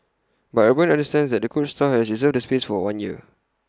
but urban understands that the coach store has reserved the space for one year